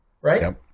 right